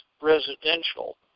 residential